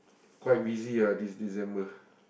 quite busy ah this December